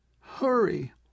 hurry